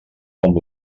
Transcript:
com